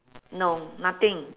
no nothing